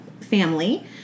family